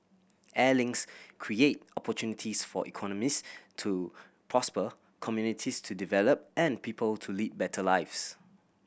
air links create opportunities for economies to prosper communities to develop and people to lead better lives